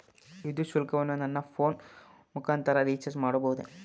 ವಿದ್ಯುತ್ ಶುಲ್ಕವನ್ನು ನನ್ನ ಫೋನ್ ಮುಖಾಂತರ ರಿಚಾರ್ಜ್ ಮಾಡಬಹುದೇ?